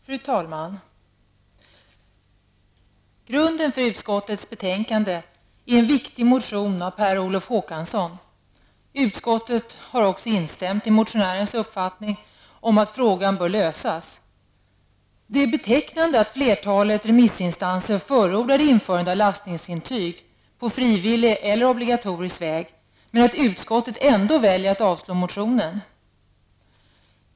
Fru talman! Grunden för utskottets betänkande är en viktig motion av Per Olof Håkansson. Utskottet har också instämt i motionärens uppfattning om att frågan bör lösas. Det är betecknande att flertalet remissinstanser förordar införande av lastsäkringsintyg -- på frivillig eller obligatorisk väg -- men att utskottet ändå väljer att avstyrka motionen.